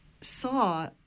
saw